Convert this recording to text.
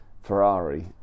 ferrari